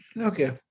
Okay